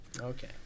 Okay